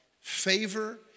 favor